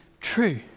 true